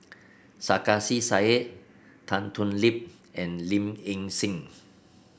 Sarkasi Said Tan Thoon Lip and Low Ing Sing